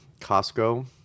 Costco